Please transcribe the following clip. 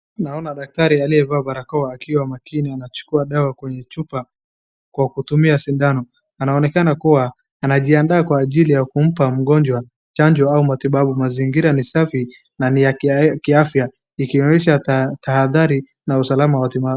Naona daktari aliyevaa barakoa akiwa makini anachukua dawa kwenye chupa kwa kutumia sindano. Anaonekana kuwa anajiandaa kwa ajili ya kumpa mgonjwa chanjo au matibabu. Mazingira ni safi na ni ya kiafya ikionesha tahadhari na usalama wa kima.